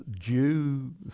due